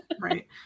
Right